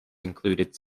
included